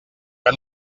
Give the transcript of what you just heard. que